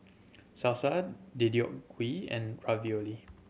Deodeok Gui and Ravioli